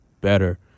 better